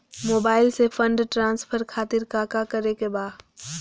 Mobile से fund transfer खातिर काका करे के बा?